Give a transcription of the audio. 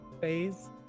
phase